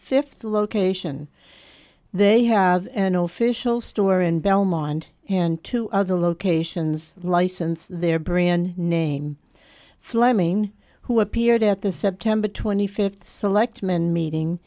fifth location they have an official store in belmont and two other locations licensed their brand name fleming who appeared at the september twenty fifth selectman meeting